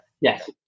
Yes